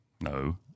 No